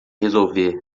resolver